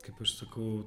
kaip aš sakau